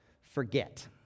forget